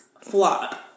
Flop